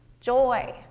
joy